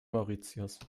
mauritius